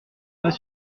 pas